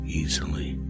easily